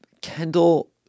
Kendall